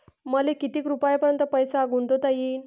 मले किती रुपयापर्यंत पैसा गुंतवता येईन?